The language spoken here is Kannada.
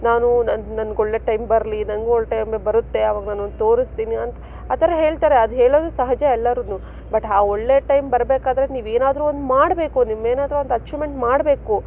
ನಾನು ನನ್ಗೆ ನನ್ಗೆ ಒಳ್ಳೆ ಟೈಮ್ ಬರಲಿ ನನಗೂ ಒಳ್ಳೆ ಟೈಮೆ ಬರುತ್ತೆ ಆವಾಗ ನಾನು ತೋರಿಸ್ತೀನಿ ಅಂತ ಆ ಥರ ಹೇಳ್ತಾರೆ ಅದು ಹೇಳೋದು ಸಹಜ ಎಲ್ಲಾರು ಬಟ್ ಆ ಒಳ್ಳೆ ಟೈಮ್ ಬರಬೇಕಾದ್ರೆ ನೀವೇನಾದರೂ ಒಂದು ಮಾಡಬೇಕು ನೀವೇನಾದರೂ ಒಂದು ಅಚೀವ್ಮೆಂಟ್ ಮಾಡಬೇಕು